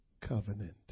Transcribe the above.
covenant